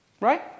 right